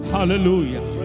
Hallelujah